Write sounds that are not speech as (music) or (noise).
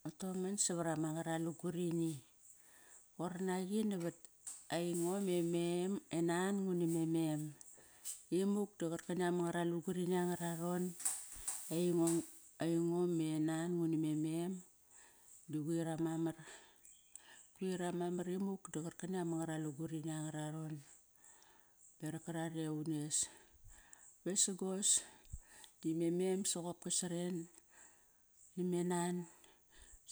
Ngo taram savar ama ngaralugirini, ngo ranaqi navat aingo me mem e nan nguna me mem. Imuk da qarkani ama ngara lugurini angararon (noise) aingo me nan nguna me mem di quir ama mar. Quir ama mar imuk da qarkani ama ngara ligurini anga ra raon beraq karare ures, vesagos dime mem soqop kasaren name nan.